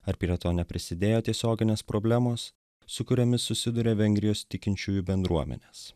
ar prie to neprisidėjo tiesioginės problemos su kuriomis susiduria vengrijos tikinčiųjų bendruomenės